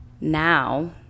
Now